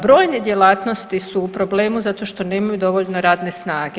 Brojne djelatnosti su u problemu zato što nemaju dovoljno radne snage.